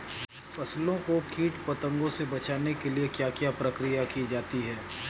फसलों को कीट पतंगों से बचाने के लिए क्या क्या प्रकिर्या की जाती है?